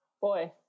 Boy